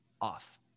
off